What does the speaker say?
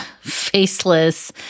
faceless